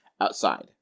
outside